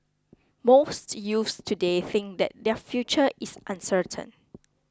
most youths today think that their future is uncertain